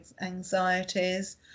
anxieties